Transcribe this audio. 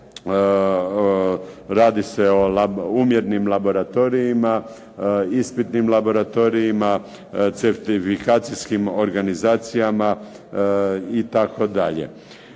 radi se o umjetnim laboratorijima, ispitnim laboratorijima, certifikacijskim organizacijama itd.